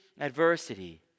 adversity